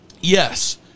Yes